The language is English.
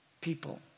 people